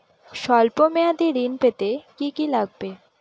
সল্প মেয়াদী ঋণ পেতে কি কি লাগবে?